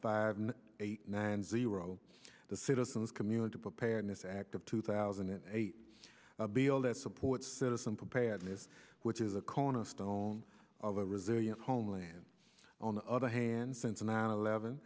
five eight nine zero the citizens community preparedness act of two thousand and eight support citizen preparedness which is a cornerstone of a resilient homeland on the other hand since an eleven